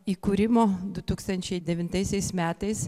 įkūrimo du tūkstančiai devintaisiais metais